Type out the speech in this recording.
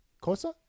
cosa